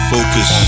Focus